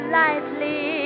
lightly